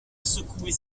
secouer